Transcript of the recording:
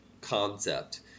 concept